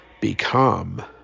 become